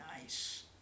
Nice